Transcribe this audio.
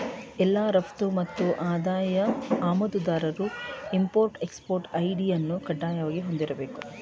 ಎಲ್ಲಾ ರಫ್ತು ಮತ್ತು ಆಮದುದಾರರು ಇಂಪೊರ್ಟ್ ಎಕ್ಸ್ಪೊರ್ಟ್ ಐ.ಡಿ ಅನ್ನು ಕಡ್ಡಾಯವಾಗಿ ಹೊಂದಿರಬೇಕು